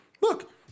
look